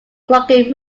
clucking